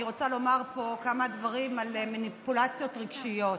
אני רוצה לומר פה כמה דברים על מניפולציות רגשיות.